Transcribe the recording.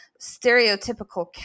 stereotypical